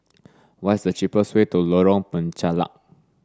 what is the cheapest way to Lorong Penchalak